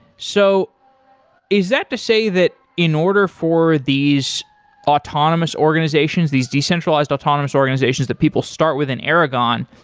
so is that to say that in order for these autonomous organizations, these decentralized autonomous organizations, that people start within aragon,